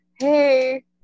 hey